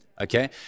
okay